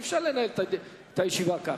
אי-אפשר לנהל את הישיבה כך.